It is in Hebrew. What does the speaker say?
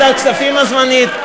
ועדת כספים הזמנית?